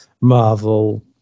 Marvel